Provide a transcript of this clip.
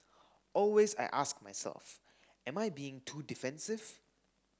always I ask myself am I being too defensive